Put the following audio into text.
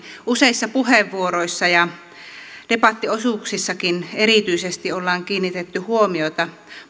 useissa puheenvuoroissa ja debattiosuuksissakin erityisesti kiinnitetty huomiota